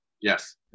Yes